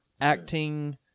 acting